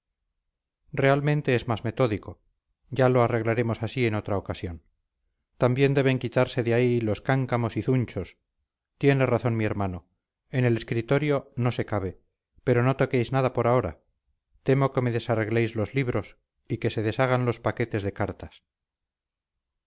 realmente es más metódico ya lo arreglaremos así en otra ocasión también deben quitarse de ahí los cáncamos y zunchos tiene razón mi hermano en el escritorio no se cabe pero no toquéis nada por ahora temo que me desarregléis los libros y que se deshagan los paquetes de cartas